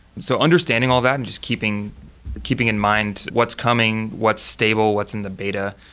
so understanding all that and just keeping keeping in mind what's coming, what's stable, what's in the beta,